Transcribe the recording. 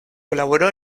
colaboró